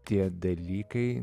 tie dalykai